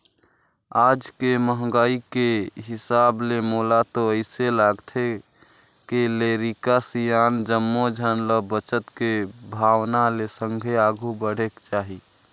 आज के महंगाई के हिसाब ले मोला तो अइसे लागथे के लरिका, सियान जम्मो झन ल बचत के भावना ले संघे आघु बढ़ेक चाही